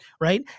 right